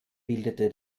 bildete